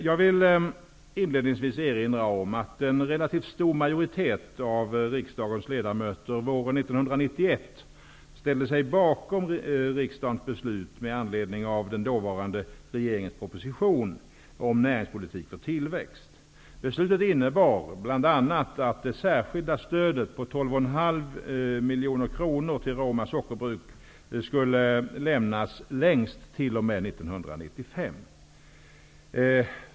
Jag vill inledningsvis erinra om att en relativt stor majoritet av riksdagens ledamöter våren 1991 miljoner kronor till Roma sockerbruk skulle lämnas längst t.o.m. år 1995.